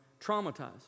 traumatized